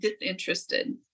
disinterested